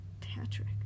patrick